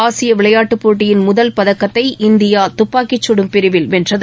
ஆசிய விளையாட்டுப் போட்டியின் முதல் பதக்கத்தை இந்தியா துப்பாக்கிச் சுடும் பிரிவில் வென்றது